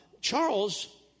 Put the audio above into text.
Charles